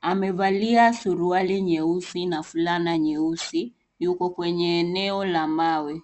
amevalia suruali nyeusi na fulana nyeusi yuko kwenye eneo la mawe.